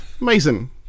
Mason